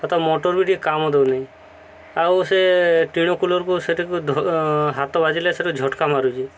ତା' ମୋଟର୍ ବି ଟିକେ କାମ ଦେଉନି ଆଉ ସେ ଟିଣ କୁଲର୍କୁ ସେଠିକୁ ହାତ ବାଜିଲେ ସେଠୁ ଝଟକା ମାରୁଛି